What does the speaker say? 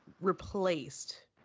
replaced